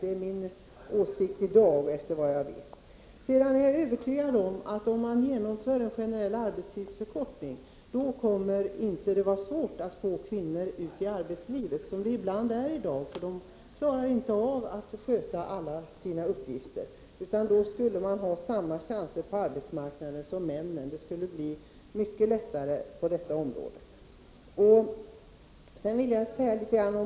Det är min åsikt i dag, enligt vad som nu är känt. Om man genomför en generell arbetstidsförkortning, är jag övertygad om att det inte kommer att bli svårt att få ut kvinnorna i arbetslivet, som ibland i dag är fallet. Kvinnorna klarar i dag inte av att sköta alla sina uppgifter. Med en arbetstidsförkortning skulle de få samma chans på arbetsmarknaden som männen. Det skulle bli mycket lättare på det området.